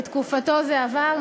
בתקופתו זה עבר,